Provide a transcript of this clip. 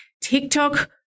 TikTok